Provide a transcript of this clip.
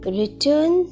return